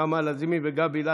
נעמה לזימי וגבי לסקי.